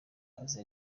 azi